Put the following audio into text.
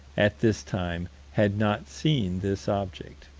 at this time, had not seen this object